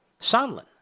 Sondland